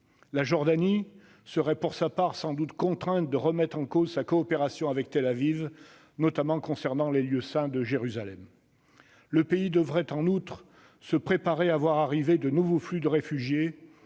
La Jordanie serait, pour sa part, sans doute contrainte de remettre en cause sa coopération avec Tel-Aviv, notamment concernant les lieux saints de Jérusalem. Ce pays devrait en outre se préparer à voir arriver de nouveaux flux de réfugiés